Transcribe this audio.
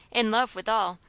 in love withal,